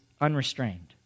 unrestrained